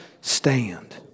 stand